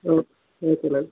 ఓ okay అండీ